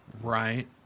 right